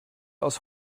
aus